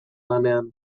lanean